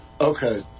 Okay